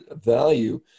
value